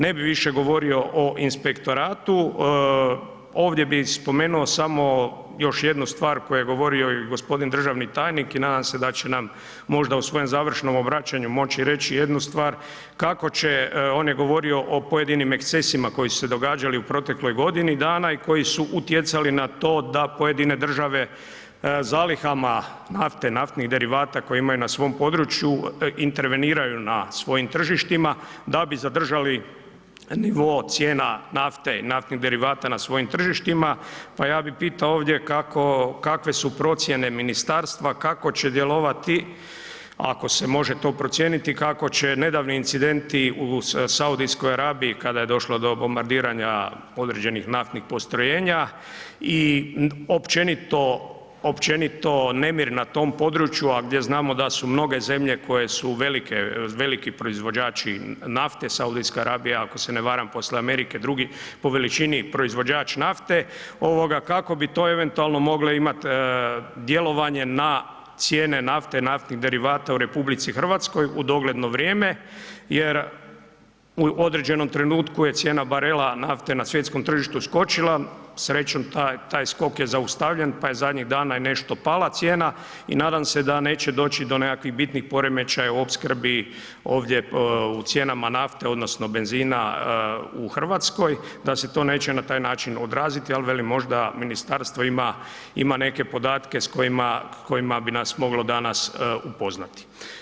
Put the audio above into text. Ne bih više govorio o inspektoratu, ovdje bi spomenu samo još jednu stvar koju je govorio i gospodin državni tajnik i nadam se da će nam možda u svojem završnom obraćanju reći jednu stvar kako će, on je govorio o pojedinim ekscesima koji su se događali u protekloj godini dana i koji su utjecali na to da pojedine države zalihama nafte, naftnih derivata koje imaju na svom području interveniraju na svojim tržištima da bi zadržali nivo cijena nafte i naftnih derivata na svojim tržištima, pa ja bih pitao ovdje kako, kakve su procjene ministarstva, kako će djelovati ako se može to procijeniti, kako će nedavni incidenti u Saudijskoj Arabiji kada je došlo do bombardiranja određenih naftnih postrojenja i općenito, općenito nemiri na tom području, a gdje znamo da su mnoge zemlje koje su veliki proizvođači nafte, Saudijska Arabija, ako se ne varam poslije Amerike drugi po veličini proizvođač nafte, kako bi to eventualno mogle imat djelovanje na cijene nafte, naftnih derivata u RH, u dogledno vrijeme jer u određenom trenutku je cijena barela nafte na svjetskom tržištu skočila, srećom taj sok je zaustavljen pa je zadnjih dana i nešto pala cijena i nadam se da neće doći do nekakvih bitnih poremećaja u opskrbi ovdje u cijenama nafte odnosno benzina u Hrvatskoj da se to neće na taj način odraziti ali velim, možda ministarstvo ima neke podatke s kojima bi nas moglo danas upoznati.